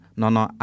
nono